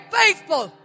faithful